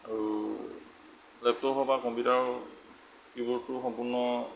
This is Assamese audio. আৰু লেপটপ হওক বা কম্পিউটাৰ হওক কী বোৰ্ডটো সম্পূৰ্ণ